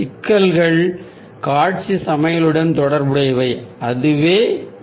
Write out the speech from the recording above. சிக்கல்கள் காட்சி சமநிலையுடன் தொடர்புடையவை அதுவே எங்கள் குறிக்கோள்